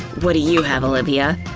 what do you have, olivia?